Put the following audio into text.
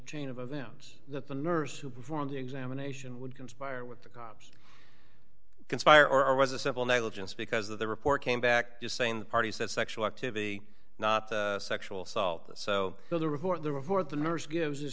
chain of events that the nurse who performed the examination would conspire with the cops conspire or was a simple negligence because of the report came back just saying the parties that sexual activity not sexual assault so the report the report the nurse gives a